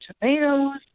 tomatoes